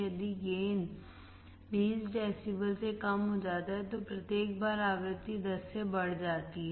यदि gain 20 decibel से कम हो जाता है तो प्रत्येक बार आवृत्ति 10 से बढ़ जाती है